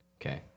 Okay